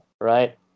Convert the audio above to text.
right